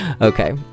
Okay